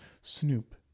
Snoop